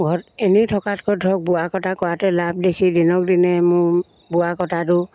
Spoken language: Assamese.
ঘৰত এনেই থকাতকৈ ধৰক বোৱা কটা কৰাতে লাভ দেখি দিনক দিনে মোৰ বোৱা কটাটো